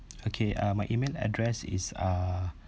okay uh my email address is uh